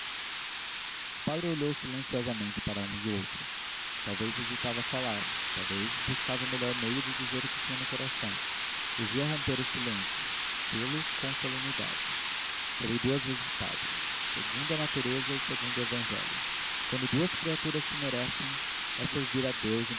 padre olhou silenciosamente para um e outro talvez hesitava falar talvez buscava o melhor meio de dizer o que tinha no coração urgia romper o silêncio fê-lo com solenidade serei duas vezes padre segundo a natureza e segundo o evangelho quando duas criaturas se merecem é servir a deus